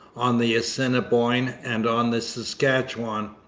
on the assiniboine, and on the saskatchewan.